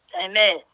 Amen